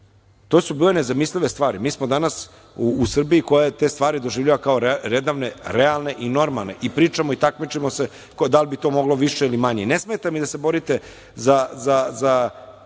To su bile nezamislive stvari. Mi smo danas u Srbiji koja te stvari doživljava kao redovne, realne i normalne, i pričamo i takmičimo se da li bi to moglo više ili manje. Ne smeta mi da se borite za